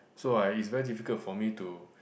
so I it's very difficult for me to